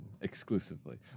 exclusively